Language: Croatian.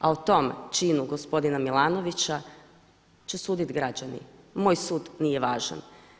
A o tome činu gospodina Milanovića će suditi građani, moj sud nije važan.